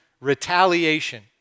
Retaliation